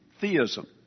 theism